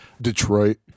Detroit